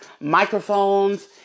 microphones